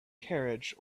carriage